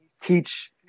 teach